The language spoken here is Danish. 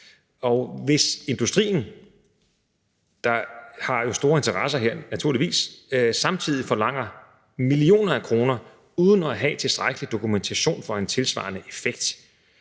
og hvis industrien, der jo har store interesser her – naturligvis – samtidig forlanger millioner af kroner uden at have tilstrækkelige dokumentation for en tilsvarende effekt,